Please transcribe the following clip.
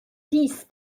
dies